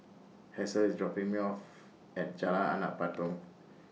Hasel IS dropping Me off At Jalan Anak Patong